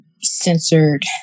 censored